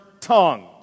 tongues